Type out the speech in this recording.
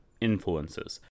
influences